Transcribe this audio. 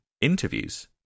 interviews